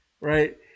right